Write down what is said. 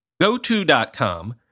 GoTo.com